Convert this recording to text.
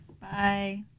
Bye